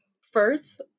First